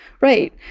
right